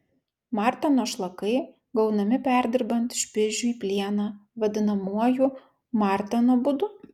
marteno šlakai gaunami perdirbant špižių į plieną vadinamuoju marteno būdu